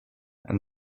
and